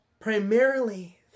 primarily